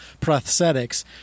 prosthetics